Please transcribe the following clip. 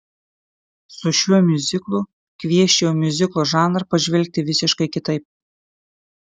su šiuo miuziklu kviesčiau į miuziklo žanrą pažvelgti visiškai kitaip